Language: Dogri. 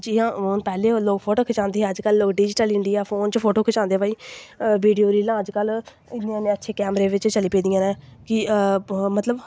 जि'यां पैह्लें लोग फोटो खचांदे हे अजकल्ल डिज़िटल इंडिया लोग फोन च फोटो खचांदे भाई बीडियो रीलां अजकल्ल इन्ने इन्ने अच्छे कैमरे बिच्च चली पेदियां न कि मतलब